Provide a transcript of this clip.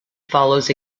follows